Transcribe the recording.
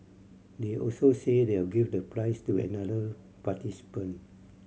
they also said they'll give the prize to another participant